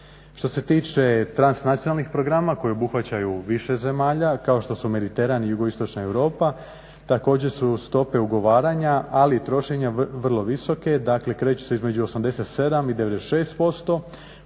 Što se tiče transnacionalnih programa koji obuhvaćaju više zemalja kao što su Mediteran i Jugoistočna Europa također su stope ugovaranja ali i trošenja vrlo visoke dakle kreću se između 87 i 96%